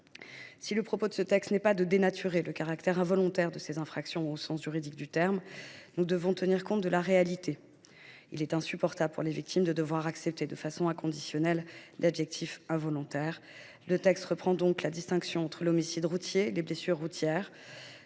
Si l’objet de ce texte n’est pas de dénaturer le caractère involontaire de ces infractions au sens juridique du terme, nous devons tenir compte de la réalité : il est insupportable pour les victimes de devoir accepter de façon inconditionnelle l’adjectif « involontaire ». Le texte reprend donc la distinction entre l’homicide routier et les blessures routières